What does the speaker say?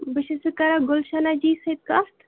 بہٕ چھَس یہِ کَران گُلشَنہ جی سۭتۍ کَتھ